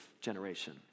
generation